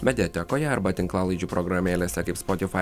mediatekoje arba tinklalaidžių programėlėse kaip spotifai